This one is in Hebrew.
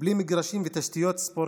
בלי מגרשים ותשתיות ספורט,